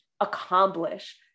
accomplish